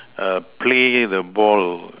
err play the ball